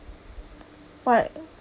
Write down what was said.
what